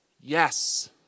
Yes